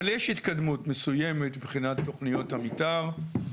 אבל יש התקדמות מסוימת מבחינת תוכניות המתאר.